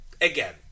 again